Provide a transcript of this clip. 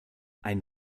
ein